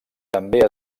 també